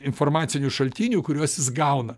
informacinių šaltinių kuriuos jis gauna